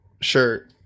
Sure